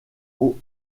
aux